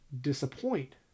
disappoint